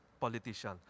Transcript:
politician